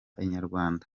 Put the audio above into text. inyarwanda